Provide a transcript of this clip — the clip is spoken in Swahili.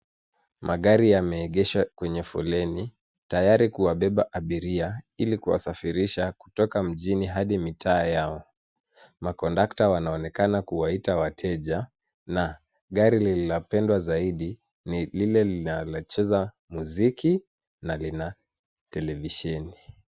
Magari yameegeshwa kwenye foleni tayari kuwabebea abiria ili kuwasafirisha kutoka mijini hadi mitaa yao. Makondakta wanaonekana kuwaita wateja na gari linalopendwa ni lile linalocheza muziki na lina televisheni.